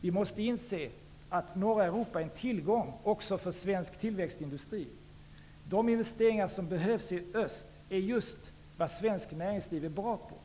Vi måste inse att norra Europa är en tillgång också för svensk tillväxtindustri. De investeringar som behövs i öst är just vad svenskt näringsliv är bra på.